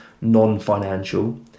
non-financial